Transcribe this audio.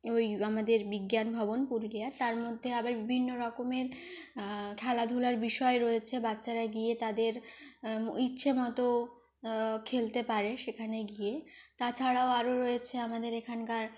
ওই আমাদের বিজ্ঞান ভবন পুরুলিয়ার তার মধ্যে আবার বিভিন্নরকমের খেলাধুলার বিষয় রয়েছে বাচ্চারা গিয়ে তাদের ইচ্ছেমতো খেলতে পারে সেখানে গিয়ে তাছাড়াও আরও রয়েছে আমাদের এখানকার